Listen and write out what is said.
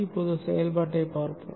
இப்போது செயல்பாட்டைப் பார்ப்போம்